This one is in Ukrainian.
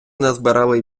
назбирали